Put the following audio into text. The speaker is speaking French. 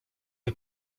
que